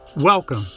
Welcome